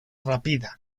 rapida